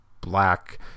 black